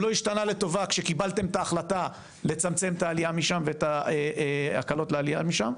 הוא לא השתנה לטובה כשקיבלתם את ההחלטה לצמצם את ההקלות לעלייה משם,